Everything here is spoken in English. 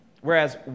whereas